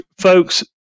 folks